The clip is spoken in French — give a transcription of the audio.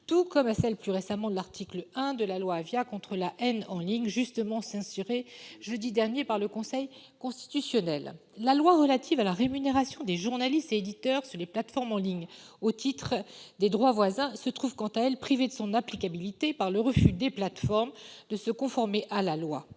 tout comme à celle plus récemment, de l'article 1 de la loi Avia contre la haine en ligne, justement censuré jeudi dernier par le Conseil constitutionnel. La loi relative à la rémunération des journalistes et éditeurs sur les plateformes en ligne au titre des droits voisins se trouve, quant à elle, privée de son applicabilité par le refus des plateformes de se conformer à la loi.